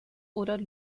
oder